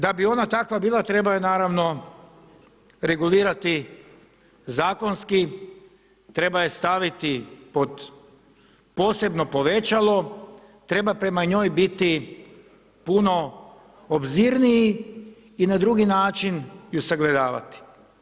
Da bi ona takva bila treba ju naravno regulirati zakonski, treba je staviti pod posebno povećalo, treba prema njoj biti puno obzirniji i na drugi način ju sagledavati.